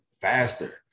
faster